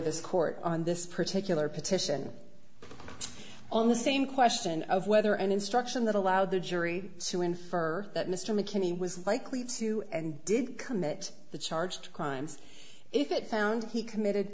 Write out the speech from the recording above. this court on this particular petition on the same question of whether an instruction that allowed the jury to infer that mr mckinney was likely to and did commit the charge to crimes if it found he committed